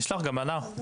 נשלח גם לנער.